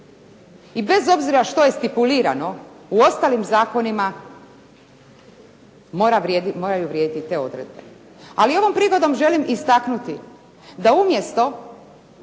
i bez obzira što je stipulirano u ostalim zakonima moraju vrijediti te odredbe. Ali ovom prigodom želim istaknuti da umjesto